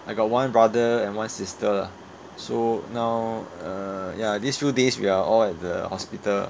I got one brother and one sister lah so now uh ya these few days we are all at the hospital